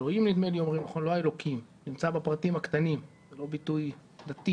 שהאלוהים נמצא בפרטים הקטנים זה לא ביטוי דתי